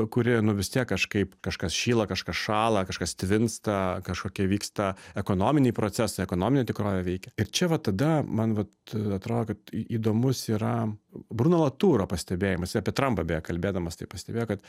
kuri nu vis tiek kažkaip kažkas šyla kažkas šąla kažkas tvinsta kažkokie vyksta ekonominiai procesai ekonominė tikrovė veikia ir čia va tada man vat atrodo kad įdomus yra bruno latūro pastebėjimas apie trampą beje kalbėdamas taip pastebėjo kad